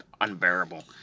unbearable